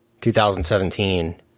2017